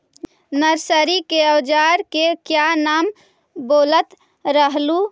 Nursery के ओजार के क्या नाम बोलत रहलू?